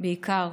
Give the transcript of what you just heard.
בעיקר